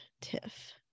Tiff